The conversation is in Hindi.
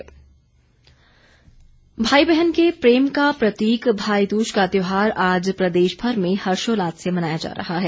भाईदूज भाई बहन के प्रेम का प्रतीक भाई दूज का त्यौहार आज प्रदेश भर में हर्षोल्लास से मनाया जा रहा है